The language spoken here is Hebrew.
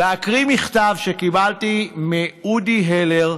להקריא מכתב שקיבלתי מאודי הלר,